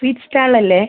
sweets സ്റ്റാളല്ലേ